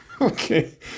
Okay